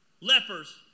Lepers